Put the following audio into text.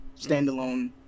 standalone